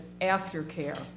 aftercare